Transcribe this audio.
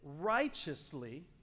righteously